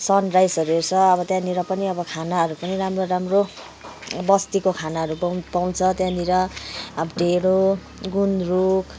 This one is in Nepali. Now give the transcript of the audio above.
सनराइसहरू हेर्छ अब त्यहाँनिर पनि अब खानाहरू पनि राम्रो राम्रो बस्तीको खानाहरू पाउ पाउँछ त्यानिर अब ढिँडो गुन्द्रुक